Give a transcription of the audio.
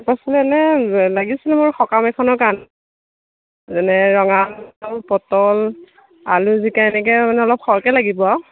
এনে লাগিছিলে মোক সকাম এখনৰ কাৰণে মানে ৰঙালাও পতল আলু জিকা এনেকৈ অলপ সৰহকৈ লাগিব আৰু